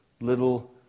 little